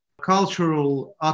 cultural